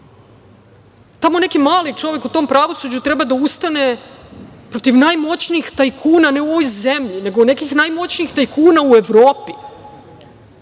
Tamo neki mali čovek u tom pravosuđu, treba da ustane protiv najmoćnijih tajkuna, ne u ovoj zemlji, nego nekih najmoćnijih tajkuna u Evorpi,